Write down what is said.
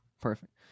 Perfect